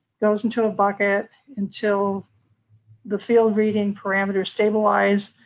goes into a bucket until the field reading parameters stabilize,